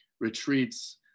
retreats